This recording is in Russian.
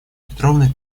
петровной